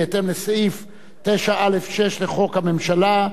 בהתאם לסעיף 9(א)(6) לחוק הממשלה,